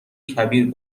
کبیر